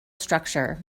structure